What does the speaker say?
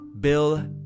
bill